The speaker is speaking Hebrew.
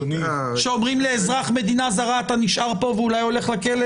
שאומרים לאזרח מדינה זרה אתה נשאר פה ואולי הולך לכלא?